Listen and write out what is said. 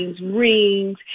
rings